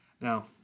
Now